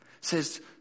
says